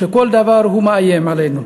שכל דבר מאיים עלינו.